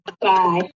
bye